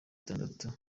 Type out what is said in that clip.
itandatu